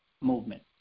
movement